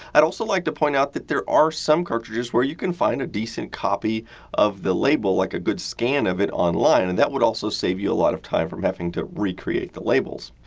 i'd also like to point out that there are some cartridges where you can find a decent copy of the label, like a good scan of it online. and that would also save you a lot of time from having to recreate the labels.